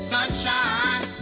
Sunshine